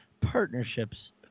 partnerships